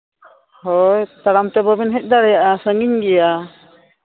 ᱦᱳᱭ ᱛᱟᱲᱟᱢ ᱛᱮ ᱵᱟᱹᱵᱤᱱ ᱦᱮᱡ ᱫᱟᱲᱮᱭᱟᱜᱼᱟ ᱥᱟᱺᱜᱤᱧ ᱜᱮᱭᱟ